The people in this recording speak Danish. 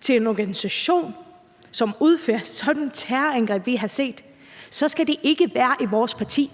til en organisation, som udfører sådan et terrorangreb som det, vi har set, så skal man ikke være i vores parti.